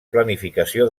planificació